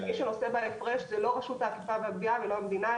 כי מי שנושא בהפרש זה לא רשות האכיפה והגבייה ולא המדינה,